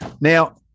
Now